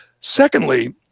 secondly